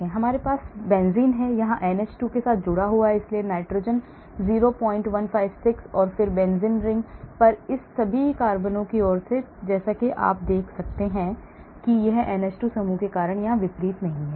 इसलिए हमारे पास बेंजीन यहां NH2 के साथ जुड़ा हुआ है इसलिए नाइट्रोजन 0156 और फिर से benzene ring पर इन सभी कार्बनों को और फिर से जैसा कि आप देख सकते हैं कि यह NH2 समूह के कारण यहाँ के विपरीत नहीं है